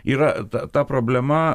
yra ta ta problema